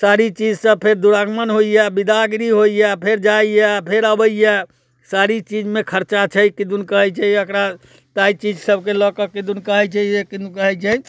सारी चीजसँ फेर दुरागमन होइया बिदागरी होइया फेर जाइया फेर अबैया सारी चीजमे खर्चा छै किदुन कहैत छै एकरा ताहि चीज सबके लऽ कऽ किदुन कहैत छै जे किदुन कहैत छै